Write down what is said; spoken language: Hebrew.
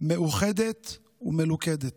מאוחדת ומלוכדת.